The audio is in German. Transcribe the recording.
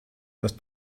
das